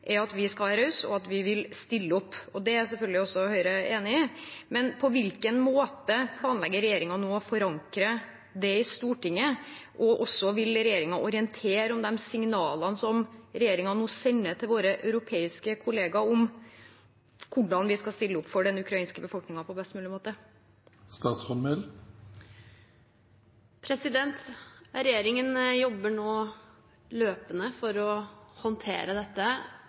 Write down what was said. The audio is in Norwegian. at vi skal være rause, og at vi vil stille opp. Det er selvfølgelig også Høyre enig i. Men på hvilken måte planlegger regjeringen nå å forankre det i Stortinget? Og vil regjeringen orientere om de signalene som regjeringen nå sender til våre europeiske kollegaer om hvordan vi skal stille opp for den ukrainske befolkningen på best mulig måte? Regjeringen jobber nå løpende for å håndtere dette